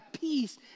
peace